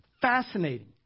fascinating